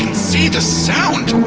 see the sound!